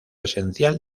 esencial